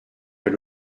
mais